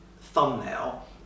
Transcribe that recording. thumbnail